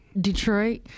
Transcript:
Detroit